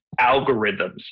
algorithms